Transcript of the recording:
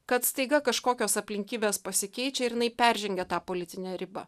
kad staiga kažkokios aplinkybės pasikeičia ir jinai peržengia tą politinę ribą